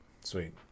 Sweet